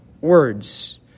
words